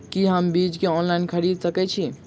की हम बीज केँ ऑनलाइन खरीदै सकैत छी?